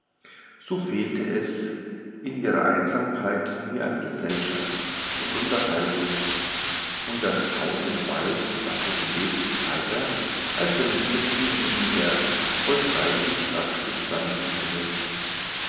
so fehlte es in ihrer einsamkeit nie an gesellschaft und unterhaltung und das haus im walde war so belebt und heiter als wenn es mitten in der volkreichsten stadt gestanden hätte